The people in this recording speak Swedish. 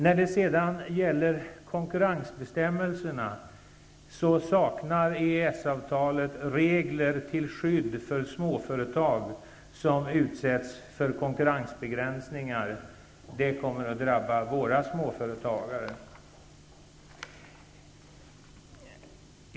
När det sedan gäller konkurrensbestämmelserna saknar EES-avtalet regler till skydd för småföretag som utsätts för konkurrensbegränsningar. Det kommer att drabba våra småföretagare.